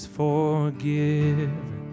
forgiven